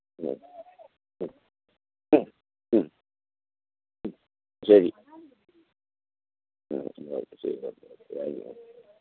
മ്മ് മ്മ് മ്മ് മ്മ് മ്മ് ശരി